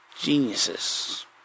geniuses